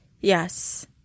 Yes